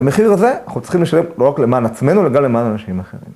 במחיר הזה אנחנו צריכים לשלם לא רק למען עצמנו, אלא גם למען אנשים אחרים.